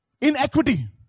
inequity